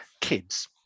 kids